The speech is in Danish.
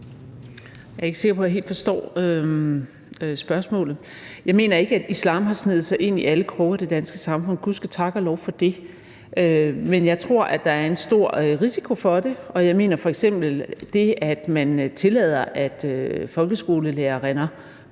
Jeg er ikke sikker på, jeg helt forstår spørgsmålet. Jeg mener ikke, at islam har sneget sig ind i alle kroge af det danske samfund, gud ske tak og lov for det. Men jeg tror, at der er en stor risiko for det, og jeg mener f.eks., at det, at man tillader, at folkeskolelærerinder